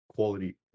Quality